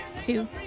two